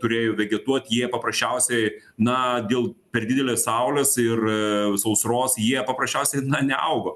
turėjo vegetuot jie paprasčiausiai na dėl per didelės saulės ir ir sausros jie paprasčiausiai na neaugo